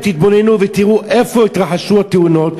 אם תתבוננו ותראו איפה התרחשו התאונות,